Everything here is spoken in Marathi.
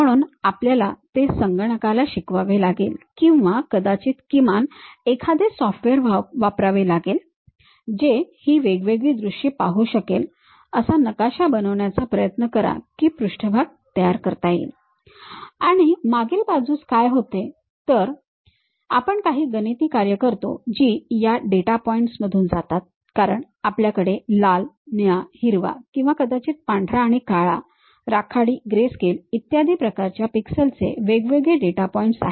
म्हणून आपल्याला ते संगणकाला शिकवावे लागेल किंवा कदाचित किमान एखादे सॉफ्टवेअर वापरावे लागेल जे ही वेगवेगळी दृश्ये पाहू शकेल असा नकाशा बनवण्याचा प्रयत्न करा की पृष्ठभाग तयार करता येईल आणि मागील बाजूस काय होते तर आपण काही गणिती कार्ये करतो जी या डेटा पॉइंट्समधून जातात कारण आपल्याकडे लाल निळा हिरवा किंवा कदाचित पांढरा आणि काळा राखाडी ग्रेस्केल इत्यादी प्रकारच्या पिक्सल्स चे वेगवेगळे डेटा पॉइंटस आहेत